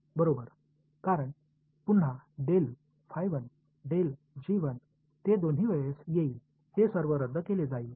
बरोबर कारण पुन्हा ते दोन्ही वेळेस येईल ते सर्व रद्द केले जाईल